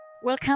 Welcome